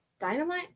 Dynamite